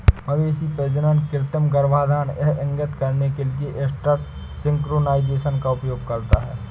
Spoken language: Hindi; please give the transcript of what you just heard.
मवेशी प्रजनन कृत्रिम गर्भाधान यह इंगित करने के लिए एस्ट्रस सिंक्रोनाइज़ेशन का उपयोग करता है